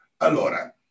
Allora